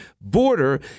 border